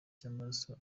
cy’amaraso